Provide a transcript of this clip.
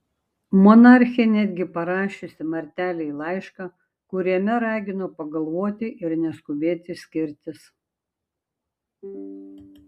monarchė netgi parašiusi martelei laišką kuriame ragino pagalvoti ir neskubėti skirtis